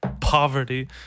Poverty